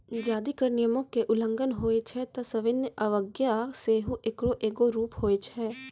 जदि कर नियमो के उल्लंघन होय छै त सविनय अवज्ञा सेहो एकरो एगो रूप होय छै